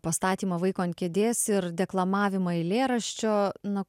pastatymą vaiko ant kėdės ir deklamavimą eilėraščio na